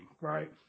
right